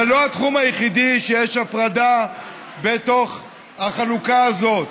זה לא התחום היחיד שבו יש הפרדה בתוך החלוקה הזאת.